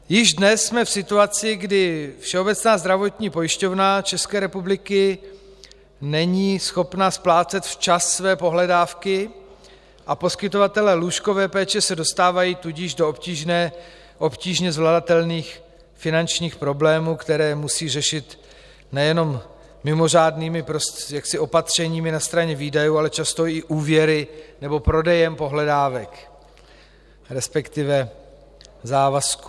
Již dnes jsme v situaci, kdy Všeobecná zdravotní pojišťovna České republiky není schopna splácet včas své pohledávky, a poskytovatelé lůžkové péče se tudíž dostávají do obtížně zvladatelných finančních problémů, které musí řešit nejenom mimořádnými opatřeními na straně výdajů, ale často i úvěry nebo prodejem pohledávek, resp. závazků.